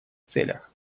целях